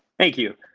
thank you.